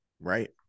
Right